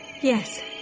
Yes